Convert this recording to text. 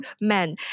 men